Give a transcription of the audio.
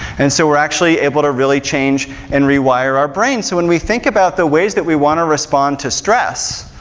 and so we're actually able to really change and re-wire our brain, so when we think about the ways that we want to respond to stress,